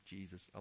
Jesus